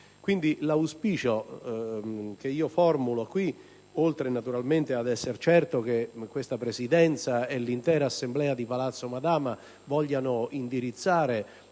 zone terremotate. Quindi, oltre naturalmente ad essere certo che questa Presidenza e l'intera Assemblea di Palazzo Madama vogliano indirizzare